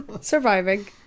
Surviving